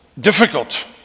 difficult